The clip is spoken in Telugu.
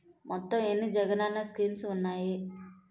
మొత్తం ఎన్ని జగనన్న స్కీమ్స్ ఉన్నాయి?